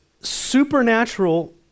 supernatural